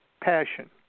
passion